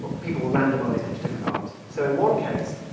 people were randomized into different arms. so in one case,